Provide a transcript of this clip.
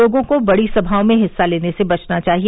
लोगों को बड़ी सभाओं में हिस्सा लेने से बचना चाहिए